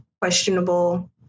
questionable